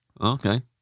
Okay